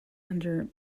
under